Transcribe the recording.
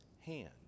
hand